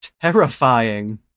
terrifying